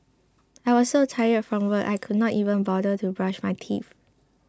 I was so tired from work I could not even bother to brush my teeth